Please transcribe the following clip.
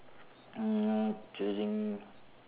uh choosing